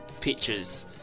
pictures